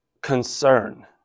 concern